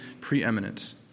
preeminent